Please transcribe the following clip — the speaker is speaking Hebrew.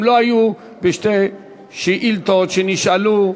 הם לא היו בשתי שאילתות שנשאלו,